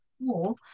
more